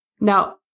Now